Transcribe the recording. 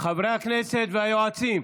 חברי הכנסת והיועצים.